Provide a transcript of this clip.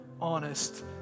honest